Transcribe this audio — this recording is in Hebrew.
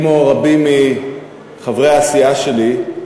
כמו רבים מחברי הסיעה שלי,